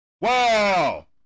Wow